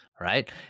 right